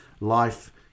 life